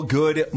good